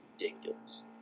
ridiculous